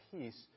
peace